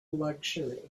luxury